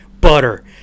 butter